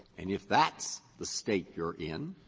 and if that's the state you're in,